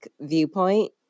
viewpoint